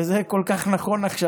זה כל כך נכון עכשיו,